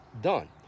done